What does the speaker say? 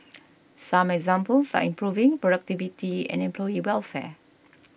some examples are improving productivity and employee welfare